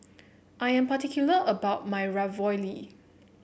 I am particular about my Ravioli